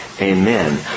Amen